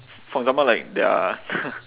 for example like there are